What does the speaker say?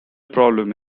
problem